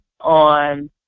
on